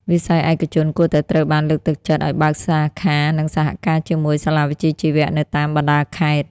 វិស័យឯកជនគួរតែត្រូវបានលើកទឹកចិត្តឱ្យបើកសាខានិងសហការជាមួយសាលាវិជ្ជាជីវៈនៅតាមបណ្ដាខេត្ត។